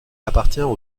appartient